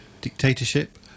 dictatorship